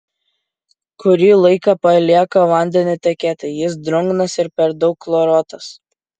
kurį laiką palieka vandenį tekėti jis drungnas ir per daug chloruotas